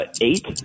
eight